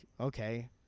okay